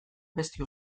abesti